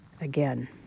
again